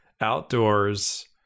outdoors